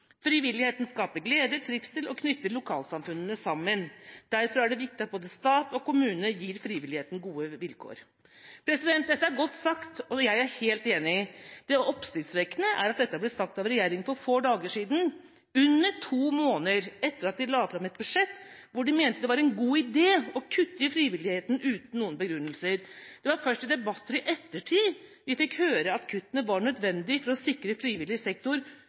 frivilligheten som skaper det gode samfunn.» Videre ble det sagt: «Frivillige organisasjoner er limet i samfunnet vårt.» Og: «Frivilligheten skaper glede, trivsel og knytter lokalsamfunnene sammen. Derfor er det viktig at både stat og kommuner gir frivilligheten gode vilkår.» Dette er godt sagt, og jeg er helt enig. Det oppsiktsvekkende er at dette ble sagt av regjeringa for få dager siden, under to måneder etter at de la fram et budsjett der de mente det var en god idé å kutte i frivilligheten uten noen begrunnelse. Det var først i debatter i ettertid vi fikk høre at kuttene var